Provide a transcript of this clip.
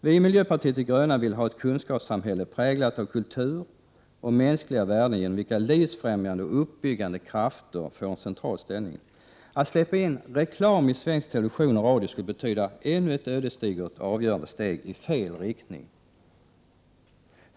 Vi i miljöpartiet de gröna vill ha ett kunskapssamhälle präglat av kultur och mänskliga värden genom vilka livsbefrämjande och uppbyggande krafter får en central ställning. Att släppa in reklam i svensk television och radio skulle betyda ännu ett ödesdigert och avgörande steg i fel riktning.